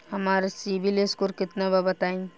हमार सीबील स्कोर केतना बा बताईं?